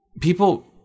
people